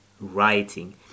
writing